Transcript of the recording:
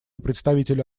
представителя